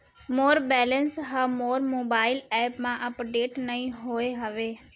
मोर balance हा मोर mobile app मा अपडेट नहीं होय हवे